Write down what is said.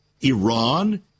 Iran